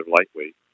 lightweight